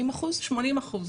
מת'.